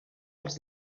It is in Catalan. els